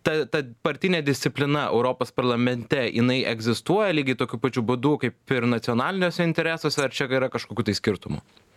ta partinė disciplina europos parlamente jinai egzistuoja lygiai tokiu pačiu būdu kaip ir nacionaliniuose interesuose ar čia yra kažkokių tai skirtumų